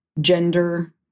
gender